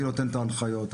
אני נותן את ההנחיות,